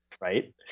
Right